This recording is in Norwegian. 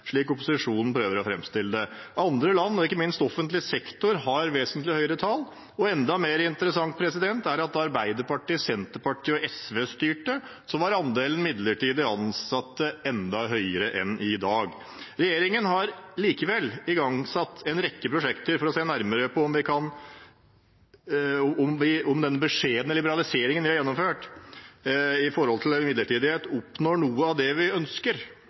slik opposisjonen prøver å framstille det. Andre land og ikke minst offentlig sektor har vesentlig høyere tall, og enda mer interessant er det at da Arbeiderpartiet, Senterpartiet og SV styrte, var andelen midlertidig ansatte enda høyere enn i dag. Regjeringen har likevel igangsatt en rekke prosjekter for å se nærmere på om vi ved den beskjedne liberaliseringen vi har gjennomført når det gjelder midlertidighet, oppnår noe av det vi ønsker,